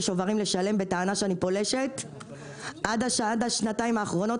שוברים לשלם בטענה שאני פולשת עד השנתיים האחרונות.